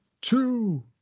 two